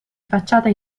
facciata